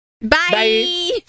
bye